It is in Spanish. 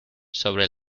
sobre